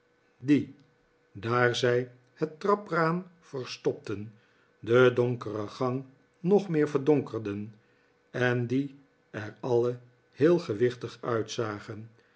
die daar zij het trapraam verstopten de donkere gang nog meer verdonkerden en die er alien heel gewichtig uitzagen